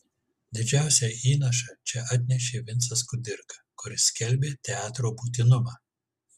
didžiausią įnašą čia atnešė vincas kudirka kuris skelbė teatro būtinumą